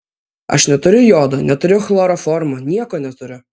aš neturiu jodo neturiu chloroformo nieko neturiu